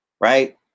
right